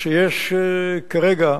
יש פה כרגע,